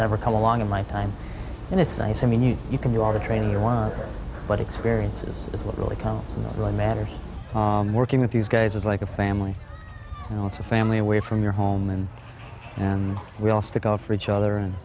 never come along in my time and it's nice i mean you can do all the training they want but experience is what really counts right matters working with these guys it's like a family you know it's a family away from your home and and we all stick out for each other and